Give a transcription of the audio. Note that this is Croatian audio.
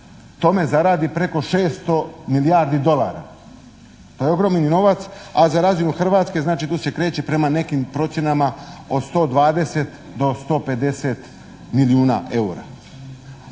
tome zaradi preko 600 milijardi dolara. To je ogromni novac, a za razinu Hrvatske znači tu se kreće prema nekim procjenama od 120 do 150 milijuna eura,